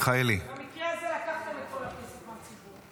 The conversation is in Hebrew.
במקרה הזה לקחתם את כל הכסף מהציבור.